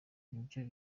nibyo